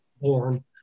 born